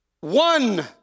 one